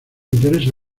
interesa